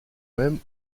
même